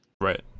right